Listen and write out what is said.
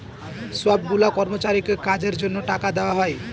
সব গুলা কর্মচারীকে কাজের জন্য টাকা দেওয়া হয়